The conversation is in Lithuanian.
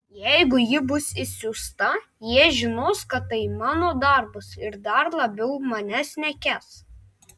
jeigu ji bus išsiųsta jie žinos kad tai mano darbas ir dar labiau manęs nekęs